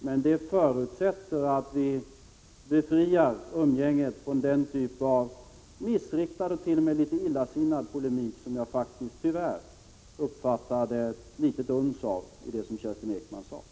Men det förutsätter att vi befriar umgänget från den typ av missriktad och t.o.m. litet illasinnad polemik som jag faktiskt, tyvärr, uppfattade ett litet uns av i det som Kerstin Ekman sade.